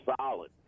solid